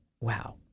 Wow